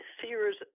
fears